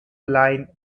line